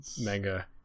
manga